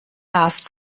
asked